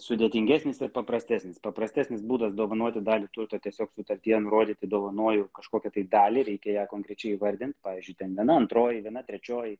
sudėtingesnis ir paprastesnis paprastesnis būdas dovanoti dalį turto tiesiog sutartyje nurodyti dovanoju kažkokią tai dalį reikia ją konkrečiai įvardinti pavyzdžiui ten viena antroji viena trečioji